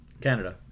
Canada